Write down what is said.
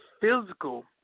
physical